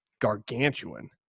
gargantuan